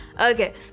okay